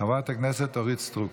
חברת הכנסת אורית סטרוק.